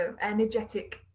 energetic